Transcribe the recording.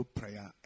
prayer